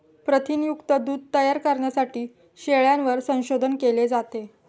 प्रथिनयुक्त दूध तयार करण्यासाठी शेळ्यांवर संशोधन केले जाते